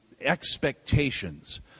expectations